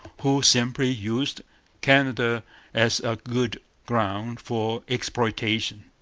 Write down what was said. who simply used canada as a good ground for exploitation,